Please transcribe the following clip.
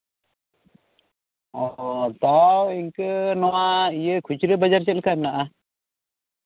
ᱚᱻ ᱛᱟᱣ ᱤᱱᱠᱟᱹ ᱱᱚᱶᱟ ᱤᱭᱟᱹ ᱠᱷᱩᱪᱨᱟᱹ ᱵᱟᱡᱟᱨ ᱪᱮᱫ ᱞᱮᱠᱟ ᱢᱮᱱᱟᱜᱼᱟ